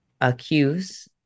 accuse